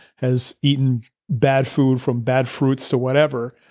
has eaten bad food from bad fruits to whatever,